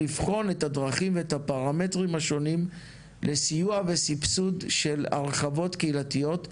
לבחון את הדרכים והפרמטרים השונים לסיוע וסבסוד של הרחבות קהילתיות,